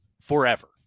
Forever